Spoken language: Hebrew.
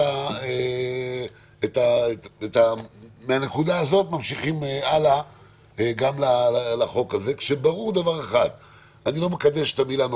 אנחנו בוחנים היום בעצם את החוק הקודם שהיה בקדנציה הקודמת,